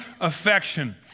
Affection